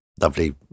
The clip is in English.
lovely